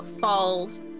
falls